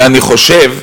ואני חושב,